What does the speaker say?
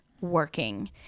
working